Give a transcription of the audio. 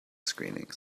screenings